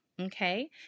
Okay